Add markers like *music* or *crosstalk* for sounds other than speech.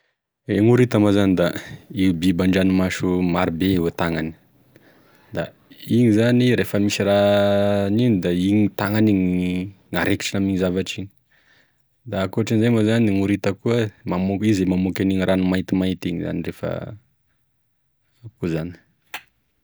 Gne horita moa zany da io biby an-dranomasy ao marobe io e tagnany da igny zany rehefa misy raha *hesitation* aniny da igny tagnany igny arekitriny aminigny zavatry igny, da akoatrin'izay moa zany gn'horita koa mamoaky izy mamoaky enigny rano maintimainty igny rehefa koa zany.